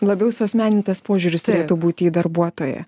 labiau suasmenintas požiūris turėtų būti į darbuotoją